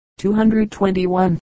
221